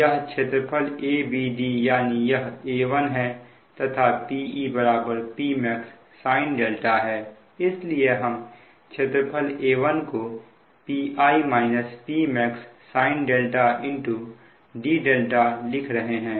यह क्षेत्रफल a b d यानी यह A1 है तथा Pe Pmax sin है इसलिए हम क्षेत्रफल A1 को dδ लिख रहे हैं